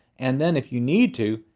and then if you need to,